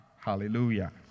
Hallelujah